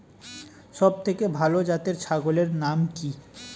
সবথেকে ভালো জাতের ছাগলের নাম কি?